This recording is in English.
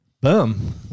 Boom